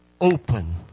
open